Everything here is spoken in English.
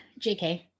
JK